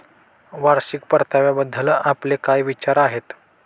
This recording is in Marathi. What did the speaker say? वार्षिक परताव्याबद्दल आपले काय विचार आहेत?